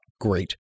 Great